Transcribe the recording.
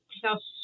plus